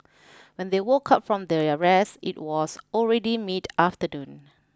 when they woke up from their rest it was already mid afternoon